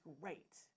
great